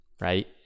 Right